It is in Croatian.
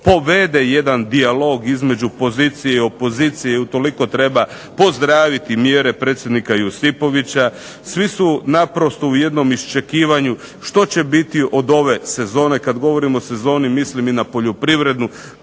povede jedan dijalog između pozicije i opozicije i utoliko treba pozdraviti mjere predsjednika Josipovića. Svi su naprosto u jednom iščekivanju što će biti od ove sezone. Kada govorim o sezoni mislim i na poljoprivrednu,